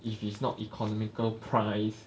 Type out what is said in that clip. if it's not economical price